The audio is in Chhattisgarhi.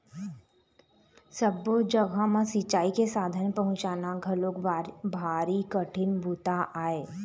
सब्बो जघा म सिंचई के साधन पहुंचाना घलोक भारी कठिन बूता आय